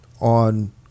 on